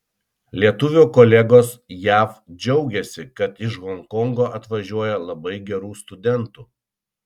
lietuvio kolegos jav džiaugiasi kad iš honkongo atvažiuoja labai gerų studentų